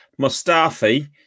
Mustafi